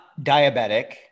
diabetic